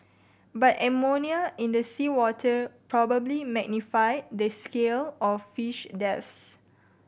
but ammonia in the seawater probably magnified the scale of fish deaths